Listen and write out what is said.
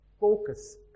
focus